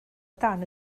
dan